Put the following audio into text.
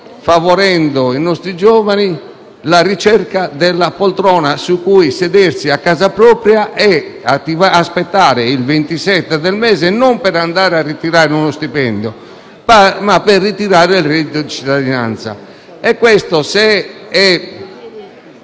favorendo nei nostri giovani la ricerca della poltrona su cui sedersi a casa propria e aspettare il 27 del mese, non per andare a ritirare uno stipendio, ma per ritirare il reddito di cittadinanza.